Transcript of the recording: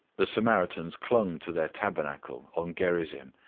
the samaritans clung to their tabernacle on gerizim,